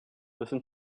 listen